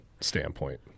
standpoint